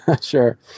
Sure